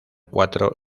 cuatro